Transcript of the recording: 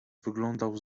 wyglądał